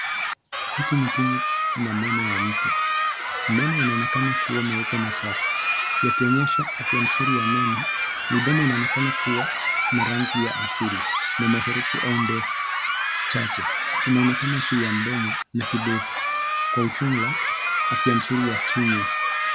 Hiki ni kinywa na meono ya mtu. Meno yanaonekana kuwa meupe na safi yakionyesha afya nzuri ya meno, mdomo inaonekana kuwa na rangi ya asili na masharufu au ndefu chache. Zinaonekana juu ya mdomo na kidefu kwa ujumla afya nzuri ya kinywa.